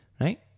right